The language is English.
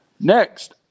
Next